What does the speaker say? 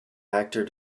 actor